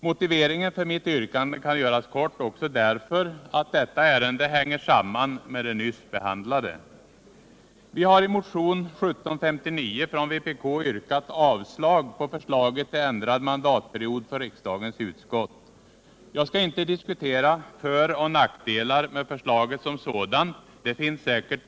Motiveringen för mitt yrkande kan göras kort också därför att detta ärende hänger samman med det nyss behandlade. Vi har i motionen 1759 från vpk yrkat avslag på förslaget till ändrad mandatperiod för riksdagens utskott. Jag skall inte diskutera föroch nackdelar med förslaget som sådant. Bådadera finns säkert.